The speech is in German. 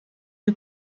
ein